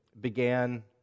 began